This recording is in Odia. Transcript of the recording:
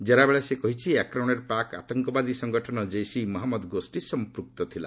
ଜେରାବେଳେ ସେ କହିଛି ଏହି ଆକ୍ରମଣରେ ପାକ୍ ଆତଙ୍କବାଦୀ ସଙ୍ଗଠନ ଜୈସ୍ ଇ ମହମ୍ମଦ ଗୋଷ୍ଠୀ ସମ୍ପୃକ୍ତ ଥିଲା